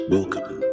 Welcome